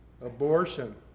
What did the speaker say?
Abortion